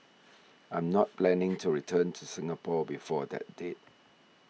I'm not planning to return to Singapore before that date